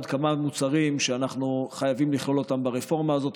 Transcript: עוד כמה מוצרים שאנחנו חייבים לכלול ברפורמה הזאת.